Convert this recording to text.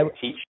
teach